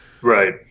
right